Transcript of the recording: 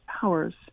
powers